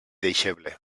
deixeble